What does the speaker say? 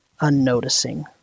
unnoticing